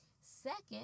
Second